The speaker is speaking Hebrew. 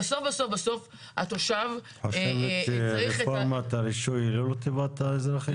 את חושבת שרפורמת הרישוי היא לא לטובת האזרחים?